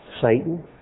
Satan